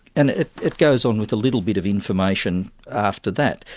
and it it goes on with a little bit of information after that.